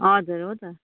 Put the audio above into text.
हजुर हो त